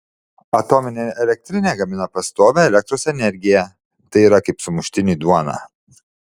atominė elektrinė gamina pastovią elektros energiją tai yra kaip sumuštiniui duona